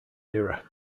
era